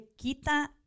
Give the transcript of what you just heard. quita